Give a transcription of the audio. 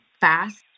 fast